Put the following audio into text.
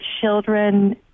children